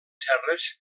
serres